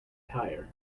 tyre